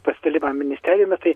pasidalinimą ministerijomi tai